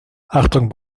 achtung